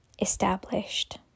established